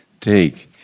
take